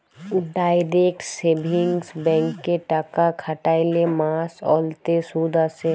direct savings ব্যাংকে টাকা খ্যাটাইলে মাস অল্তে সুদ আসে